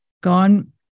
gone